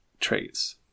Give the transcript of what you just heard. traits